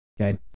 Okay